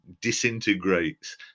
disintegrates